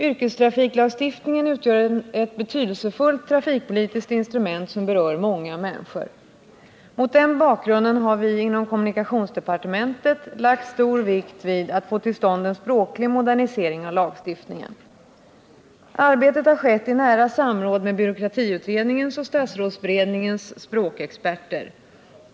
Yrkestrafiklagstiftningen utgör ett betydelsefullt trafikpolitiskt instrument som berör många människor. Mot den bakgrunden har vi inom kommunikationsdepartementet lagt stor vikt vid att få till stånd en språklig modernisering av lagstiftningen. Arbetet har skett i nära samråd med byråkratiutredningens och statsrådsberedningens språkexperter.